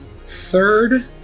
Third